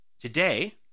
Today